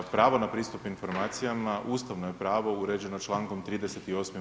Pravo na pristup informacijama ustavno je pravo uređeno čl. 38.